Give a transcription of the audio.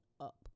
up